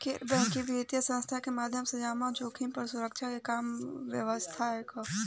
गैर बैंकिंग वित्तीय संस्था के माध्यम से जमा जोखिम पर सुरक्षा के का व्यवस्था ह?